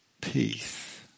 Peace